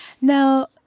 Now